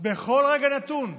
בכל רגע נתון.